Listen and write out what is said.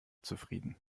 zufrieden